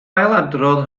ailadrodd